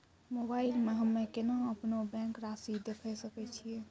Mobile मे हम्मय केना अपनो बैंक रासि देखय सकय छियै?